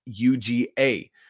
UGA